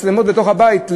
מצלמות בתוך הבית,